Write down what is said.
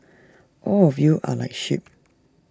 all of you are like sheep